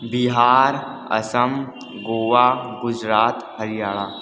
Bihar Assam Goa Gujarat Haryana